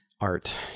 art